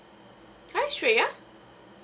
hi xue ya